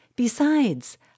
Besides